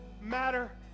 matter